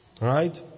Right